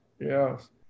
yes